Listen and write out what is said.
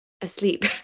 asleep